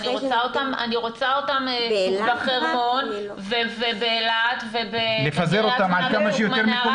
אני רוצה אותם בחרמון ובאילת ובקריית שמונה ובצוק מנרה.